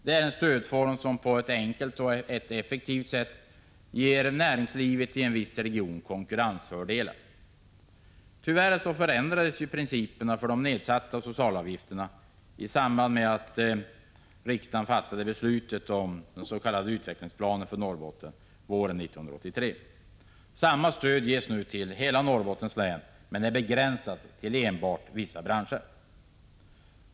Det är en stödform som på ett enkelt och effektivt sätt ger näringslivet i en viss region konkurrensfördelar. Tyvärr förändrades principerna för nedsättning av socialavgifterna i samband med att riksdagen fattade beslut om den s.k. utvecklingsplanen för Norrbotten våren 1983. Samma stöd ges nu till hela Norrbottens län men är begränsat till enbart vissa branscher.